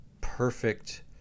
perfect